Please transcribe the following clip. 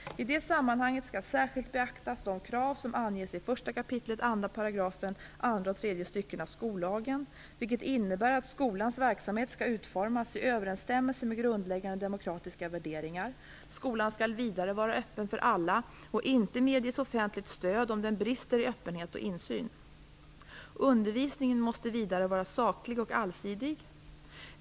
I det sammanhanget skall särskilt beaktas de krav som anges i 1 kap. 2 § andra och tredje styckena skollagen, vilket innebär att skolans verksamhet skall utformas i överensstämmelse med grundläggande demokratiska värderingar. Skolan skall vidare vara öppen för alla och inte medges offentligt stöd om den brister i öppenhet och insyn. Undervisningen måste vidare vara saklig och allsidig.